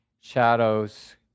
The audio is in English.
shadows